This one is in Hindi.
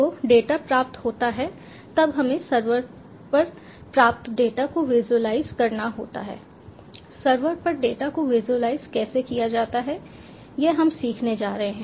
तो डेटा प्राप्त होता है तब हमें सर्वर पर प्राप्त डेटा को विजुलाइज करना होता है सर्वर पर डेटा को विजुलाइज कैसे किया जाता है यह हम सीखने जा रहे हैं